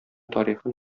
тарихын